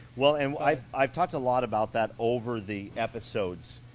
well, and i've i've talked a lot about that over the episodes,